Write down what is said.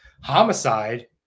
homicide